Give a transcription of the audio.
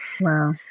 wow